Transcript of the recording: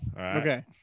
Okay